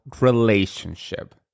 relationship